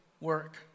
work